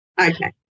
Okay